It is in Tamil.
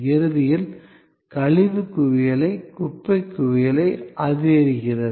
இறுதியில் கழிவு குவியலை குப்பை குவியலை அதிகரிக்கிறது